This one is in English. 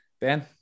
Ben